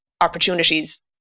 opportunities